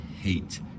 hate